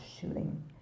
shooting